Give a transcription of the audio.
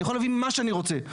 אני יכול להביא מה שאני רוצה,